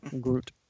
Groot